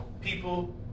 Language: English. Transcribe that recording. people